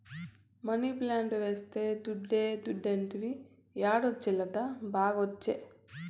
money plant వేస్తే దుడ్డే దుడ్డంటివి యాడొచ్చే లత, బాగా ఒచ్చే